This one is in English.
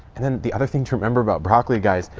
and then the other thing to remember about broccoli guys,